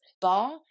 bar